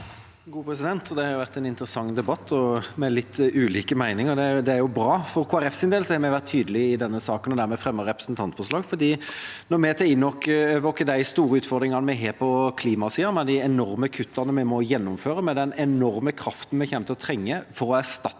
Det har vært en interessant debatt med litt ulike meninger. Det er jo bra. For Kristelig Folkepartis del har vi vært tydelige i denne saken og dermed fremmet representantforslag. Når vi tar inn over oss de store utfordringene vi har på klimasida, med de enorme kuttene vi må gjennomføre, med den enorme kraften vi kommer til å trenge for å erstatte